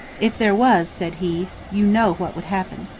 if there was, said he, you know what would happen.